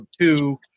two –